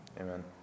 Amen